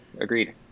Agreed